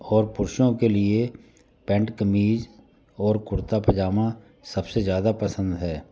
और पुरुषों के लिए पेंट कमीज और कुर्ता पैजमा सबसे ज़्यादा पसंद है